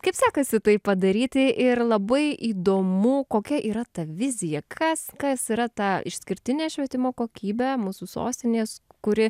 kaip sekasi tai padaryti ir labai įdomu kokia yra ta vizija kas kas yra ta išskirtinė švietimo kokybė mūsų sostinės kuri